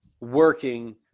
working